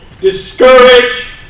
discourage